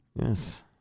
Yes